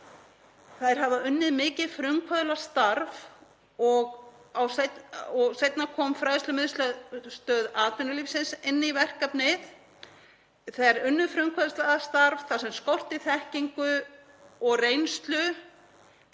Þær hafa unnið mikið frumkvöðlastarf og seinna kom Fræðslumiðstöð atvinnulífsins inn í verkefnið. Þær unnu frumkvöðlastarf þar sem skorti þekkingu og reynslu.